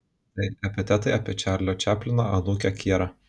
tai epitetai apie čarlio čaplino anūkę kierą